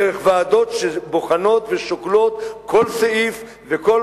דרך ועדות שבוחנות ושוקלות כל סעיף וכל